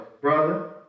brother